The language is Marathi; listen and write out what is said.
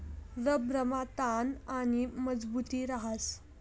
रबरमा ताण आणि मजबुती रहास